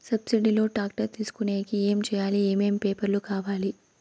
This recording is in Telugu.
సబ్సిడి లో టాక్టర్ తీసుకొనేకి ఏమి చేయాలి? ఏమేమి పేపర్లు కావాలి?